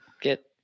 get